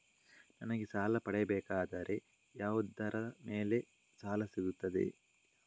ನನಗೆ ಸಾಲ ಪಡೆಯಬೇಕಾದರೆ ಯಾವುದರ ಮೇಲೆ ಸಾಲ ಸಿಗುತ್ತೆ?